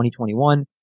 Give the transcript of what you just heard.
2021